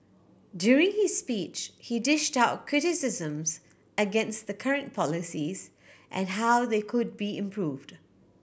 during his speech he dished out criticisms against the current policies and how they could be improved